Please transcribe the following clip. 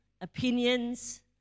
opinions